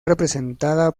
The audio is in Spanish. representada